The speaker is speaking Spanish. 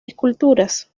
esculturas